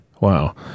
Wow